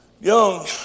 young